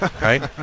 Right